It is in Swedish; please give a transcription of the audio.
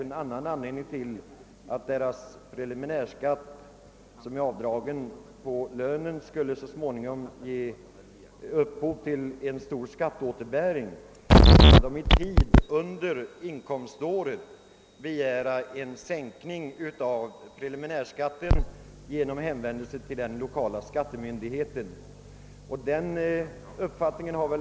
Om den preliminärskatt som dras på deras lön på grund av sjukdom eller av någon annan anledning så småningom ger upphov till en stor skatteåterbäring, kan de under inkomståret begära en sänkning av preliminärskatten genom hänvändelse till den lokala skattemyndigheten.